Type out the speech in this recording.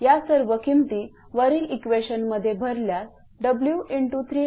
या सर्व किमती वरील इक्वेशन मध्ये भरल्यास W×30028×30002